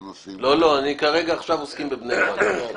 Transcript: לא, לא, עכשיו עוסקים בבני ברק.